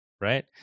right